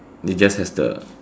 they just has the